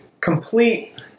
complete